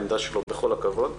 שיציגו את העמדה שלהם בכל הכבוד.